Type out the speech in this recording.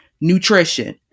nutrition